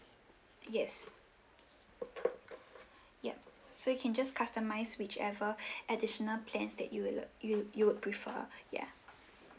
yes yup so you can just customise which ever additional plans that you will lo~ you'd you would prefer ya